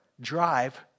drive